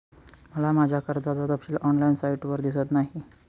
मला माझ्या कर्जाचा तपशील ऑनलाइन साइटवर दिसत नाही